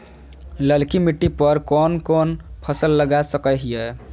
ललकी मिट्टी पर कोन कोन फसल लगा सकय हियय?